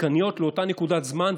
עדכניות לאותה נקודת זמן,